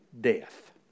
death